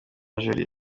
jolly